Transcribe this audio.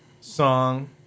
song